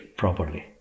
properly